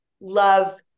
love